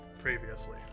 previously